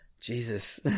Jesus